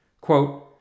Quote